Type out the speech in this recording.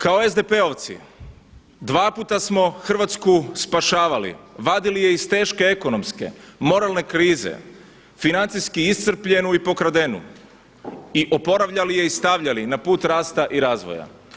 Kao SDP-ovci dva puta smo Hrvatsku spašavali, vadili je iz teške ekonomske, moralne krize, financijski iscrpljenu i pokradenu i oporavljali je i stavljali na put rasta i razvoja.